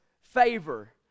Favor